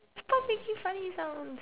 stop making funny sounds